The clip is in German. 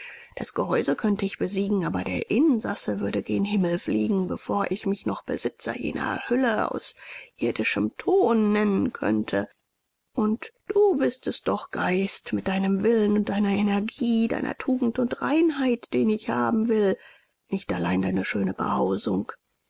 das gehäuse könnte ich besiegen aber der insasse würde gen himmel fliegen bevor ich mich noch besitzer jener hülle aus irdischem thon nennen könnte und du bist es doch geist mit deinem willen und deiner energie deiner tugend und reinheit den ich haben will nicht allein deine schöne behausung